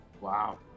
Wow